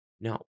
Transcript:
no